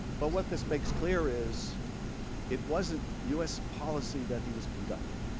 but what this makes clear is it wasn't u s. policy that he was conducting.